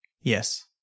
Yes